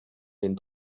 den